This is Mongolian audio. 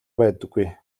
байдаггүй